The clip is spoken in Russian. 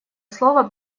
слово